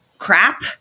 crap